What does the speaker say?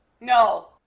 no